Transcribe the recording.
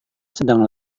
sedang